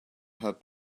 her